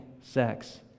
sex